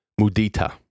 mudita